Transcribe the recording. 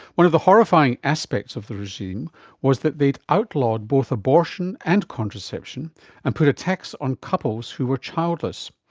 one of the horrifying aspects of the regime was that they had outlawed both abortion and contraception and put a tax on couples who were childless.